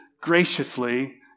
graciously